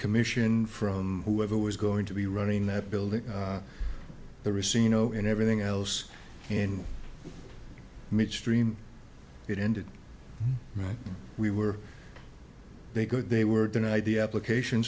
commission from whoever was going to be running that building the racine oh and everything else in midstream it ended right we were they good they were denied the application